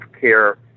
care